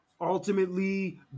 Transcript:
ultimately